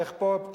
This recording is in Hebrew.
לך פה,